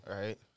right